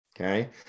Okay